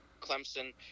Clemson